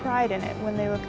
pride in it when they were